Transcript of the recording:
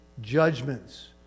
judgments